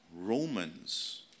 Romans